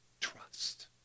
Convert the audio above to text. trust